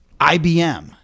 IBM